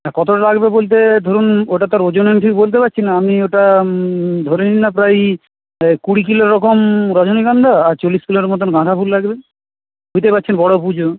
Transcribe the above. আর কতটা লাগবে বলতে ধরুন ওটা তো আর ওজন আমি ঠিক বলতে পারছিনা আপনি ওটা ধরেই নিলাম প্রায়ই কুড়ি কিলো রকম রজনীগন্ধা আর চল্লিশ কিলোর মতন গাঁদাফুল লাগবে বুঝতে পারছেন বড়ো পুজো